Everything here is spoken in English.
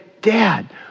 Dad